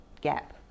gap